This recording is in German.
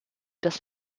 des